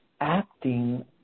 acting